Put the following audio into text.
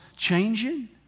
Changing